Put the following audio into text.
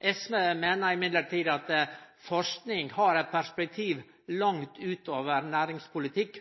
SV meiner at forsking har eit perspektiv langt utover næringspolitikk,